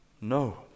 No